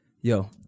yo